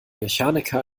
mechaniker